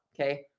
Okay